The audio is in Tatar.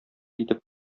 итеп